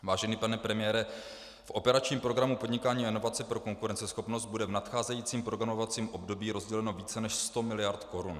Vážený pane premiére, v operačním programu Podnikání a inovace pro konkurenceschopnost bude v nadcházejícím programovacím období rozděleno více než sto miliard korun.